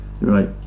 right